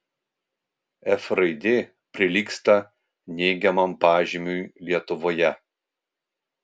f raidė prilygsta neigiamam pažymiui lietuvoje